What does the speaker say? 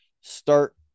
start